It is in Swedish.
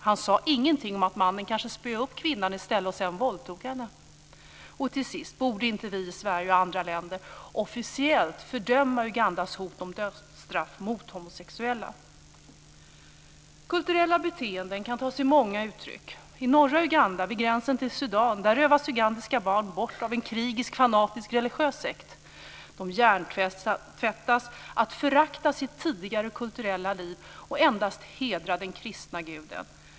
Han sade heller ingenting om att mannen kanske spöade upp kvinnan i stället och sedan våldtog henne. Och till sist: Borde inte vi i Sverige och andra länder officiellt fördöma Ugandas hot om dödsstraff mot homosexuella? Kulturella beteenden kan ta sig många uttryck. I norra Uganda vid gränsen till Sudan rövas ugandiska barn bort av en krigisk, fanatisk, religiös sekt. De hjärntvättas att förakta sitt tidigare kulturella liv och endast hedra den kristna guden.